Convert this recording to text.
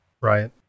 Right